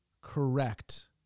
correct